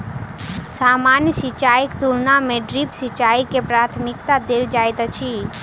सामान्य सिंचाईक तुलना मे ड्रिप सिंचाई के प्राथमिकता देल जाइत अछि